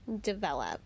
develop